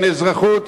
אין אזרחות?